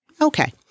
Okay